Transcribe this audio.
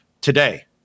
today